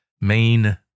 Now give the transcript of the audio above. main